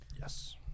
Yes